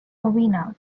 ovina